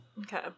Okay